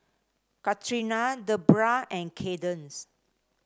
Katrina Debbra and Kaydence